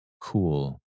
cool